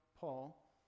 Paul